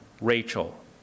Rachel